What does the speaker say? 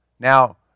Now